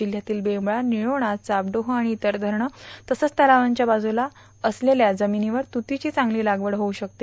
जिल्ह्यातील वेवळा निळेणा घापडोह आणि इतर धरणे तसंच तलावांच्या बाजूला असलेल्या जमिनीवर तुतीची चांगली लागवड होऊ शकते